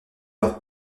leur